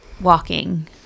walking